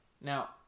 Now